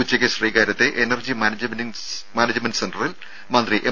ഉച്ചയ്ക്ക് ശ്രീകാര്യത്തെ energy management സെന്ററിൽ മന്ത്രി എം